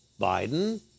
Biden